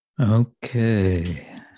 Okay